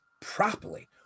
properly